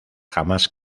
jamás